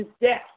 death